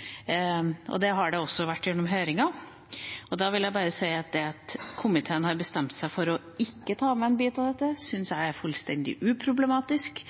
problematisk. Det har den også vært gjennom høringen. Det at komiteen har bestemt seg for ikke å ta med en bit av dette, syns jeg er fullstendig uproblematisk.